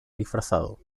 disfrazado